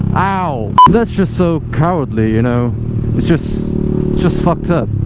ouch that's just so cowardly you know it's just just fucked up